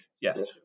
Yes